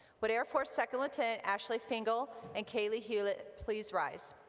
would air force second lieutenant ashley fingal and kaleigh hulett please rise.